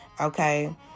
Okay